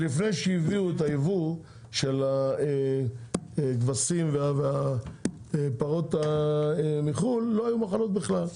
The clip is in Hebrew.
שלפני שהביאו את היבוא של הכבשים והפרות מחו"ל לא היו מחלות בכלל,